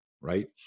Right